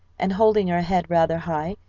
and holding her head rather high,